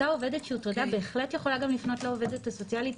אותה עובדת שהוטרדה בהחלט יכולה לפנות לעובדת הסוציאלית